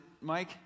Mike